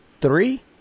three